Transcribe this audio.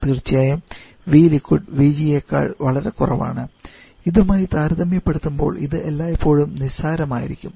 തീർച്ചയായും vliquid vg നേക്കാൾ വളരെ കുറവാണ് ഇതുമായി താരതമ്യപ്പെടുത്തുമ്പോൾ ഇത് എല്ലായ്പ്പോഴും നിസാരമായിരിക്കും